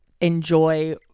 enjoy